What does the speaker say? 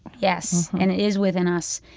yes. and is within us.